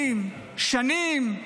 שנים,